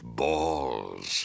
balls